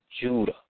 Judah